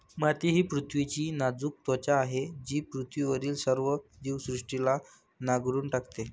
माती ही पृथ्वीची नाजूक त्वचा आहे जी पृथ्वीवरील सर्व जीवसृष्टीला नांगरून टाकते